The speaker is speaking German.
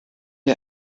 der